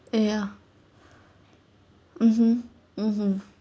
ya mmhmm mmhmm